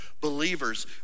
believers